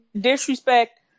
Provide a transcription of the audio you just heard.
disrespect